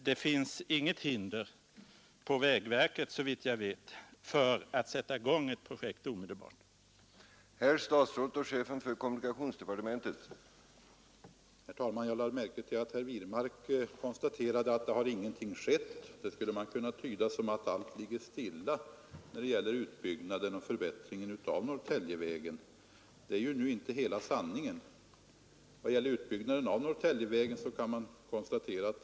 Det finns inget hinder inom vägverket, såvitt jag vet, för att omedelbart sätta i gång de vägprojekt det här är fråga om.